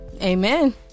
amen